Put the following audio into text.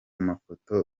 mafoto